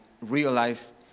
realized